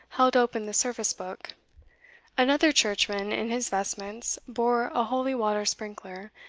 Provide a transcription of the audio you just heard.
held open the service book another churchman in his vestments bore a holy-water sprinkler,